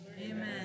Amen